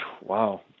Wow